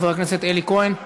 חבר הכנסת אלי כהן,